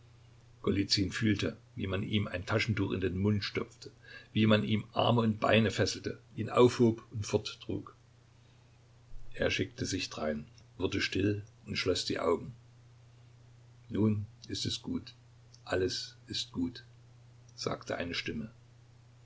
fühlte wie man ihm ein taschentuch in den mund stopfte wie man ihm arme und beine fesselte ihn aufhob und forttrug er schickte sich drein wurde still und schloß die augen nun ist es gut alles ist gut sagte eine stimme